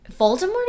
voldemort